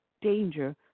danger